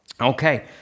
Okay